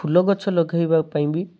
ଫୁଲ ଗଛ ଲଗେଇବା ପାଇଁ ବି